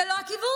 זה לא הכיוון.